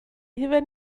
hufen